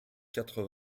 quatre